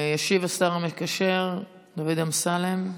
ישיב השר המקשר דוד אמסלם,